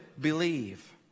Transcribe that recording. believe